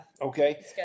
Okay